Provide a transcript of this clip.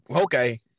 okay